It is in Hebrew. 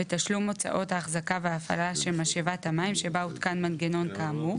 בתשלום הוצאות ההחזקה וההפעלה של משאבת המים שבה הותקן מנגנון כאמור,